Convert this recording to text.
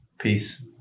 Peace